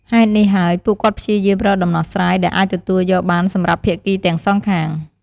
ហេតុនេះហើយ ពួកគាត់ព្យាយាមរកដំណោះស្រាយដែលអាចទទួលយកបានសម្រាប់ភាគីទាំងសងខាង។